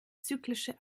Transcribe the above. zyklische